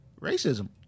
Racism